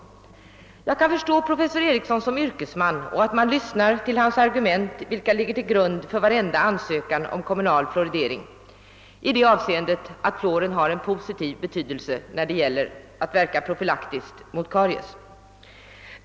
Jag kan förstå professor Eriksson som yrkesman och förstår att man lyssnar till hans argument, vilka ligger till grund för alla ansökningar om kommunal fluoridering. Fluor har ju stor betydelse när det gäller profylaxen mot karies.